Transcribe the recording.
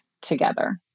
together